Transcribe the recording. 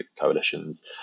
coalitions